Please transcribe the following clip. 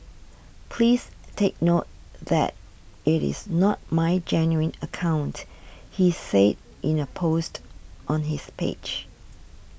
please take note that it is not my genuine account he said in a post on his page